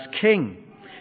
king